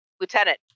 lieutenant